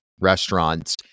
restaurants